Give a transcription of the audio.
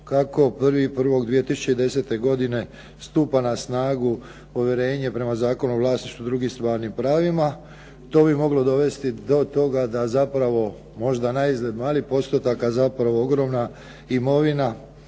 Kako 01.01.2010. godine stupa na snagu povjerenje prema Zakonu o vlasništvu i drugim stvarnim pravima to bi moglo dovesti do toga da zapravo možda naizgled mali postotak, a zapravo ogromna imovina